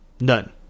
None